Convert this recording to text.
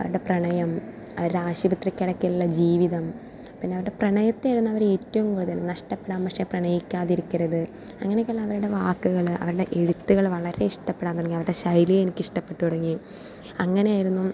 അവരുടെ പ്രണയം അവരുടെ ആശുപത്രിക്കിടക്കയിലെ ജീവിതം പിന്നെ അവരുടെ പ്രണയത്തെ ആയിരുന്നു അവര് ഏറ്റവും കൂടുതൽ നഷ്ട്ടപ്പെടാം പക്ഷെ പ്രണയിക്കാതിരിക്കരുത് അങ്ങനെയൊക്കെയുള്ള അവരുടെ വാക്കുകള് അവരുടെ എഴുത്തുകള് വളരെ ഇഷ്ട്ടപ്പെടാൻ തുടങ്ങി അവരുടെ ശൈലി എനിക്ക് ഇഷ്ട്ടപ്പെട്ടു തുടങ്ങി അങ്ങനെയായിരുന്നു